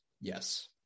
Yes